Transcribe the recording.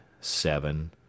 seven